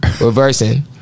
Reversing